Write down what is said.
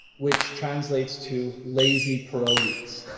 which translates to lazy pierogies.